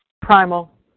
Primal